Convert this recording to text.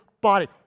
body